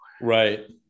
Right